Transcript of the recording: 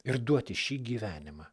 ir duoti šį gyvenimą